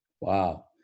Wow